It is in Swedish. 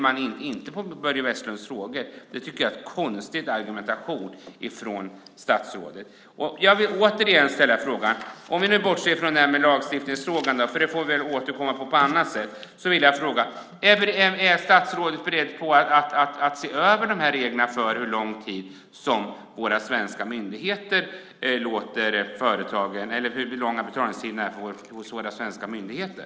Jag tycker att det är en konstig argumentation från statsrådet. Jag vill återigen ställa frågan. Om vi nu bortser från lagstiftningsfrågan, den får vi återkomma till på annat sätt, vill jag fråga: Är statsrådet beredd att se över reglerna för hur långa betalningstiderna är hos våra svenska myndigheter?